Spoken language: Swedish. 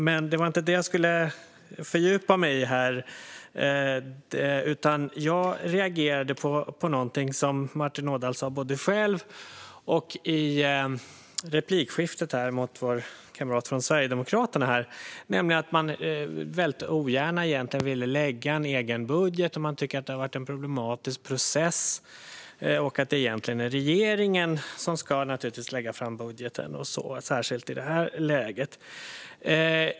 Men det var inte det jag skulle fördjupa mig i här. Jag reagerade på någonting som Martin Ådahl sa både i sitt anförande och i replikskiftet med vår kamrat från Sverigedemokraterna, nämligen att man väldigt ogärna ville lägga fram en egen budget, att man tycker att det har varit en problematisk process och att det egentligen är regeringen som ska lägga fram budgeten, särskilt i det här läget.